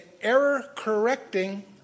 error-correcting